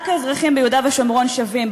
רק האזרחים ביהודה ושומרון שווים.